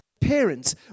parents